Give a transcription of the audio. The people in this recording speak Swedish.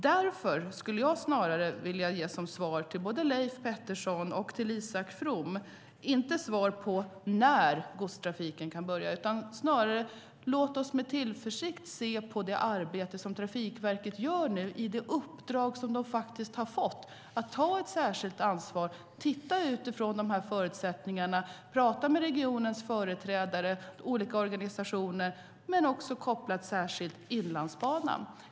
Därför skulle jag snarare vilja ge både Leif Pettersson och Isak From inte svar på när godstrafiken kan börja utan snarare svara: Låt oss med tillförsikt se på det arbete som Trafikverket gör utifrån det uppdrag som de faktiskt har fått, att ta ett särskilt ansvar för att titta närmare på de här förutsättningarna, prata med regionens företrädare och med olika organisationer, särskilt kopplat till Inlandsbanan.